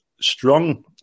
strong